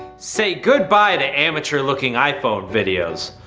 say goodbye to amateur looking iphone videos.